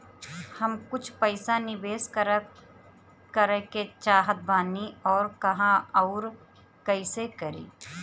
हम कुछ पइसा निवेश करे के चाहत बानी और कहाँअउर कइसे करी?